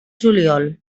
juliol